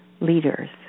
leaders